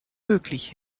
möglich